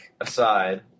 aside